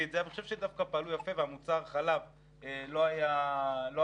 אני חושב שדווקא פעלו יפה והמוצר חלב לא היה חסר.